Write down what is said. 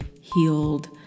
healed